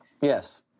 Yes